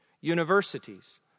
universities